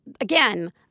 again